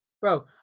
bro